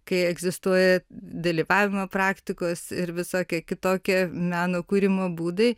kai egzistuoja dalyvavimo praktikos ir visokie kitokie meno kūrimo būdai